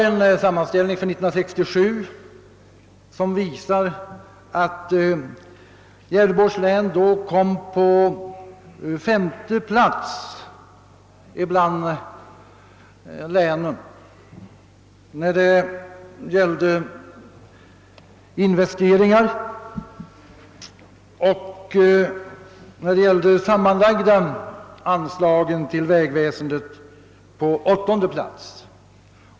En sammanställning från 1967 visar att Gävleborgs län då låg på femte plats bland länen när det gällde investeringar och på åttonde plats när det gällde det sammanlagda anslaget till vägväsendet nedifrån räknat.